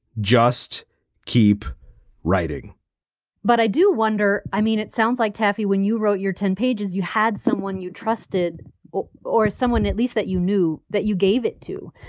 just keep writing but i do wonder. i mean, it sounds like taffy. when you wrote your ten pages, you had someone you trusted or someone at least that you knew that you gave it to.